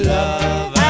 Love